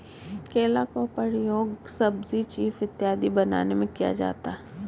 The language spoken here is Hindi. केला का प्रयोग सब्जी चीफ इत्यादि बनाने में किया जाता है